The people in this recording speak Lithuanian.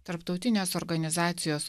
tarptautinės organizacijos